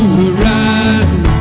horizon